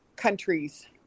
countries